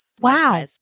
Wow